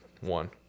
One